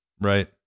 Right